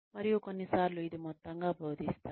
మరియు కొన్నిసార్లు ఇది మొత్తంగా బోధిస్తారు